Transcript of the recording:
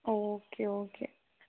okay okay